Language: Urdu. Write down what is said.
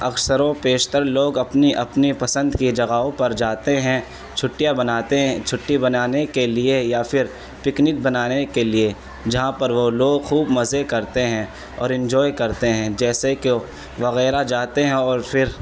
اکثر و بیشتر لوگ اپنی اپنی پسند کی جگہوں پر جاتے ہیں چھٹیاں بناتے ہیں چھٹی بنانے کے لیے یا پھر پکنک بنانے کے لیے جہاں پر وہ لوگ خوب مزے کرتے ہیں اور انجوائے کرتے ہیں جیسے کہ وغیرہ جاتے ہیں اور پھر